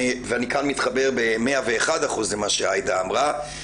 ואני כאן מתחבר ב-101 אחוזים למה שעאידה אמרה,